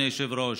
אדוני היושב-ראש.